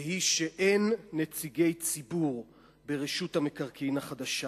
והיא שאין נציגי ציבור ברשות המקרקעין החדשה.